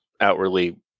outwardly